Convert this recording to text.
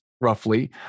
roughly